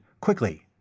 Quickly